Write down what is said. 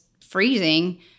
freezing